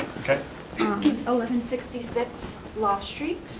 kind of and sixty six lawe street.